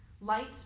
Light